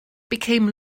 became